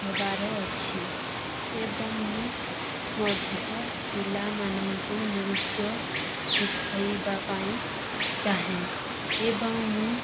ହେବାର ଅଛି ଏବଂ ମୁଁ ମଧ୍ୟ ପିଲାମାନଙ୍କୁ ନୃତ୍ୟ ଶିଖାଇବା ପାଇଁ ଚାହେଁ ଏବଂ ମୁଁ